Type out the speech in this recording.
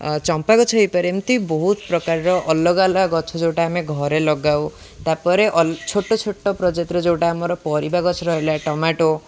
ଅ ଚମ୍ପା ଗଛ ହେଇପାରେ ଏମିତି ବହୁତ ପ୍ରକାରର ଅଲଗା ଅଲଗା ଗଛ ଯେଉଁଟା ଆମେ ଘରେ ଲଗାଉ ତା'ପରେ ଛୋଟ ଛୋଟ ପ୍ରଜାତିରେ ଯେଉଁଟା ଆମର ପରିବା ଗଛ ରହିଲା ଟମାଟୋ